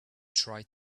tried